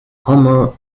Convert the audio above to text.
homer